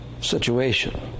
situation